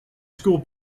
scored